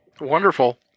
Wonderful